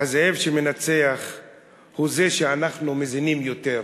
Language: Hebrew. הזאב שמנצח הוא זה שאנחנו מזינים יותר.